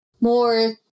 more